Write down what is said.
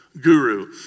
guru